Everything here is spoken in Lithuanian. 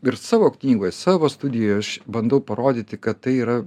ir savo knygoj savo studijoj aš bandau parodyti kad tai yra